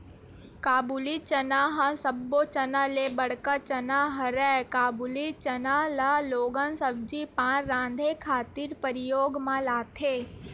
काबुली चना ह सब्बो चना ले बड़का चना हरय, काबुली चना ल लोगन सब्जी पान राँधे खातिर परियोग म लाथे